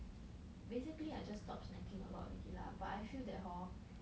basically I just stop snacking a lot already lah but I feel that hor